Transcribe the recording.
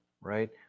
right